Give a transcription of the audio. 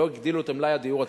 ולא הגדילו את מלאי הדיור הציבורי.